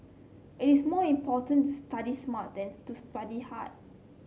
it is more important to study smart than to study hard